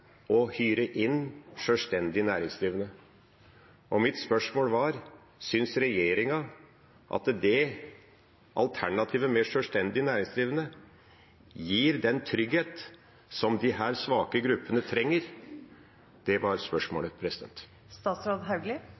hyre inn sjølstendig næringsdrivende. Mitt spørsmål var: Synes regjeringa at det alternativet – med sjølvstendig næringsdrivende – gir den tryggheten som disse svake gruppene trenger? Det var spørsmålet.